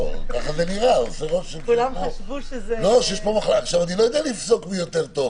אני לא יודע לפסוק מי טוב יותר.